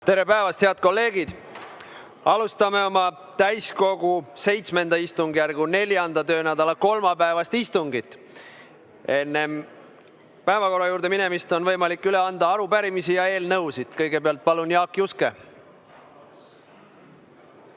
Tere päevast, head kolleegid! Alustame oma täiskogu VII istungjärgu 4. töönädala kolmapäevast istungit. Enne päevakorra juurde minemist on võimalik üle anda arupärimisi ja eelnõusid. Kõigepealt palun Jaak Juske.